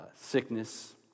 sickness